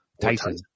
Tyson